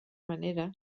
manera